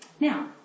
Now